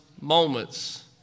moments